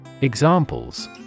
Examples